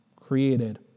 created